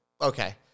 Okay